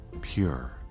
pure